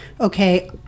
okay